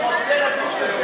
הוא רוצה לדון בזה,